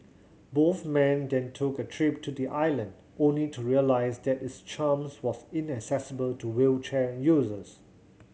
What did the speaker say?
both men then took a trip to the island only to realise that its charms was inaccessible to wheelchair users